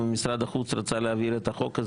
אם משרד החוץ רצה להעביר את החוק,